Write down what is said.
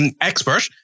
expert